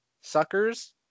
suckers